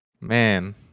man